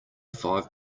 five